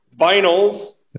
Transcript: vinyls